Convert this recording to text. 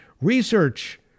research